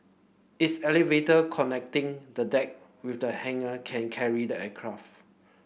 its elevator connecting the deck with the hangar can carry the aircraft